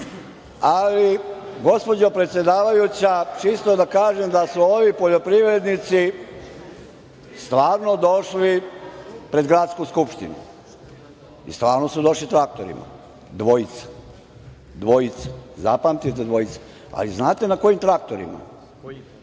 gospođo predsedavajuća, čisto da kažem da su ovi poljoprivrednici stvarno došli pred Gradsku skupštinu i stvarno su došli traktorima, dvojica, zapamtite, dvojica, ali znate na kojim traktorima?